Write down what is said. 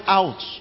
out